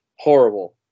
Horrible